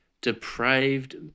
Depraved